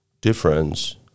difference